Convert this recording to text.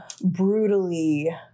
brutally